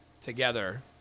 together